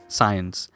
science